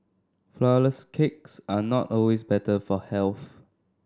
flourless cakes are not always better for health